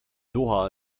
doha